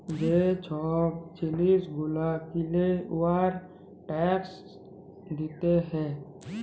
যে ছব জিলিস গুলা কিলে উয়ার ট্যাকস দিতে হ্যয়